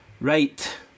Right